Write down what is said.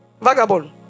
vagabond